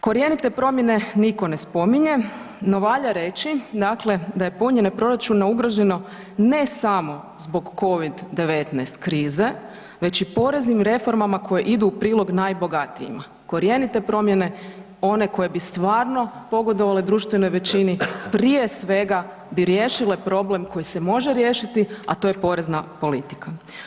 Korjenite promjene nitko ne spominje no valja reći dakle da je punjenje proračuna ugroženo ne samo zbog COVID -19 krize već i poreznim reformama koje idu u prilog najbogatijima, korjenite promjene one koje bi stvarno pogodovale društvenoj većini prije svega bi riješile problem koji se može riješiti a to je porezna politika.